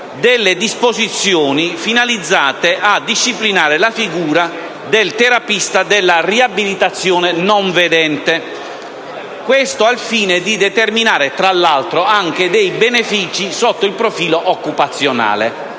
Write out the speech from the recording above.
alcune disposizioni finalizzate a disciplinare la figura del terapista della riabilitazione non vedente, al fine di determinare, tra l’altro, dei benefici sotto il profilo occupazionale.